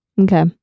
Okay